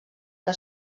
que